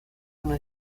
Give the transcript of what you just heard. una